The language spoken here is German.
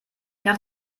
nach